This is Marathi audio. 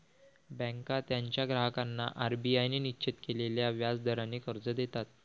बँका त्यांच्या ग्राहकांना आर.बी.आय ने निश्चित केलेल्या व्याज दराने कर्ज देतात